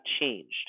changed